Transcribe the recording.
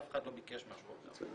אף אחד לא ביקש משהו אחר.